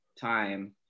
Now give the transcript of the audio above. time